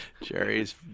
Jerry's